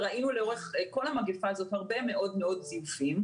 וראינו לאורך כל המגפה הזאת הרבה מאוד מאוד זיופים,